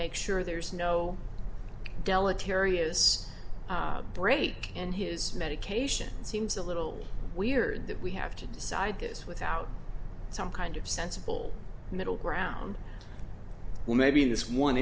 sure there's no deleterious break in his medication seems a little weird that we have to decide this without some kind of sensible middle ground where maybe this one